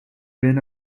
been